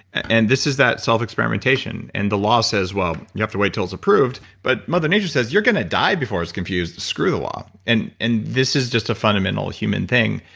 and this is that self-experimentation. and the law says well you have to wait until it's approved but mother nature says you're going to die before it's confused, screw the law. and and this is just a fundamental human thing,